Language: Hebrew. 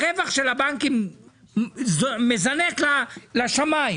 הרווחה של הבנקים מזנק לשמיים.